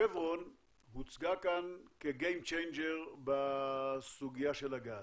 שברון הוצגה כאן כ-game changer בסוגיה של הגז.